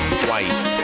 twice